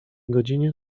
godzinie